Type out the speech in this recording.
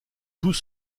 tous